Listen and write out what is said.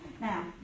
Now